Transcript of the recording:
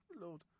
Lord